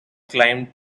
climbed